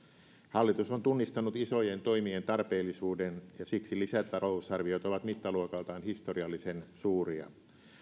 hallitus on tunnistanut isojen toimien tarpeellisuuden ja siksi lisätalousarviot ovat mittaluokaltaan historiallisen suuria